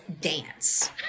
dance